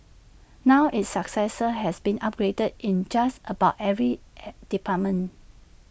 now its successor has been upgraded in just about every department